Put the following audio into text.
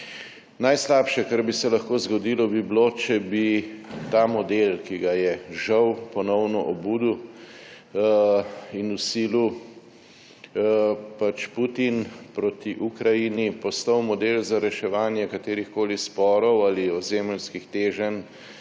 Najslabše, kar bi se lahko zgodilo, bi bilo, da bi ta model, ki ga je žal ponovno obudil in vsilil Putin proti Ukrajini, postal model za reševanje katerihkoli sporov ali ozemeljskih teženj